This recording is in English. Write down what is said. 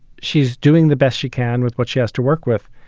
she's doing the best she can with what she has to work with.